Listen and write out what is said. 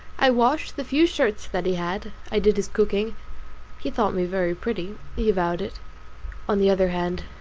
i washed the few shirts that he had, i did his cooking he thought me very pretty he avowed it on the other hand,